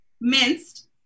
minced